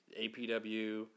APW